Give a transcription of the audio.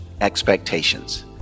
Expectations